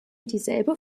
dieselbe